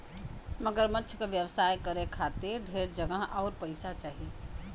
मगरमच्छ क व्यवसाय करे खातिर ढेर जगह आउर पइसा चाही